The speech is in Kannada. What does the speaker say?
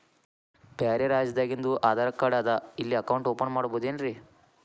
ಬ್ಯಾರೆ ರಾಜ್ಯಾದಾಗಿಂದು ಆಧಾರ್ ಕಾರ್ಡ್ ಅದಾ ಇಲ್ಲಿ ಅಕೌಂಟ್ ಓಪನ್ ಮಾಡಬೋದೇನ್ರಿ?